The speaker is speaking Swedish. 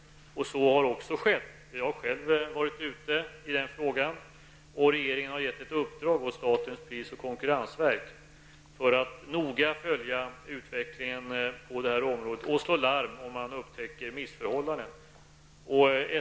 Så har också skett. Jag har själv gått ut med information i denna fråga. Regeringen har gett statens pris och konkurrensverk i uppdrag att noga följa utvecklingen på området och slå larm om missförhållanden upptäcks.